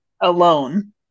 alone